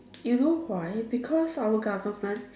you know why because our government